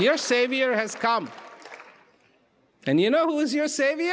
your savior has come and you know who is your savior